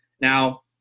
Now